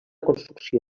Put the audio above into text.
construcció